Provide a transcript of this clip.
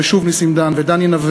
ושוב נסים דהן,